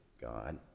God